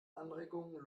anregungen